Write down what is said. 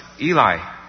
Eli